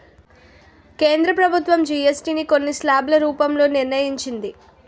కేంద్ర ప్రభుత్వం జీఎస్టీ ని కొన్ని స్లాబ్ల రూపంలో నిర్ణయించింది